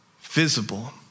visible